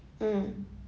mm